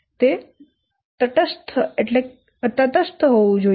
તે તટસ્થ હોવું જોઈએ